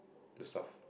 the stuff